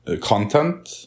content